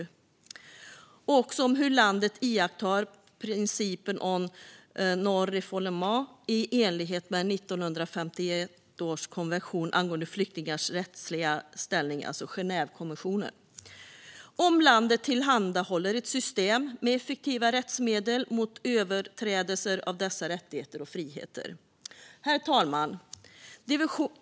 Man ska också beakta hur landet iakttar principen om non-refoulement i enlighet med 1951 års konvention angående flyktingars rättsliga ställning - alltså Genèvekonventionen - och om landet tillhandahåller ett system med effektiva rättsmedel mot överträdelser av dessa rättigheter och friheter. Herr talman!